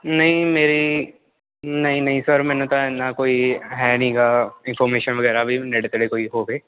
ਨਹੀਂ ਮੇਰੀ ਨਹੀਂ ਨਹੀਂ ਸਰ ਮੈਨੂੰ ਤਾਂ ਇੰਨਾਂ ਕੋਈ ਹੈ ਨਹੀਂ ਗਾ ਇਨਫੋਰਮੇਸ਼ਨ ਵਗੈਰਾ ਵੀ ਨੇੜੇ ਤੇੜੇ ਕੋਈ ਹੋਵੇ